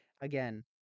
again